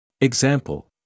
Example